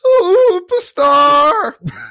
superstar